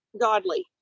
godly